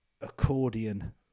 accordion